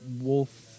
wolf